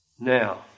Now